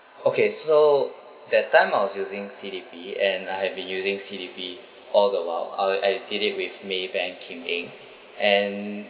okay so that time I was using C_D_P and I have been using C_D_P all the while I were I did it with Maybank Kim Eng and